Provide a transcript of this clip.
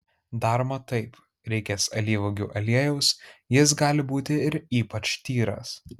daroma taip reikės alyvuogių aliejaus jis gali būti ir ypač tyras